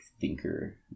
thinker